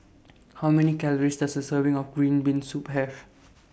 How Many Calories Does A Serving of Green Bean Soup Have